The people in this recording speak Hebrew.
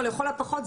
או לכל הפחות,